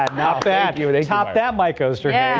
um that that yeah today's top that mike osterhage